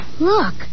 Look